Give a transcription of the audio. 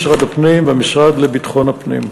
משרד הפנים והמשרד לביטחון הפנים.